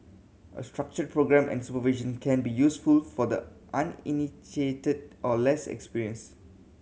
a structured programme and supervision can be useful for the uninitiated or less experienced